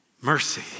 Mercy